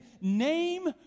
Name